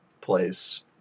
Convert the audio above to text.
place